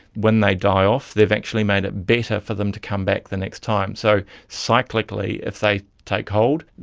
when they die off they have actually made it better for them to come back the next time. so cyclically, if they take hold,